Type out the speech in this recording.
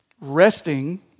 resting